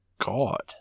god